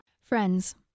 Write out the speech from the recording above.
Friends